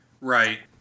Right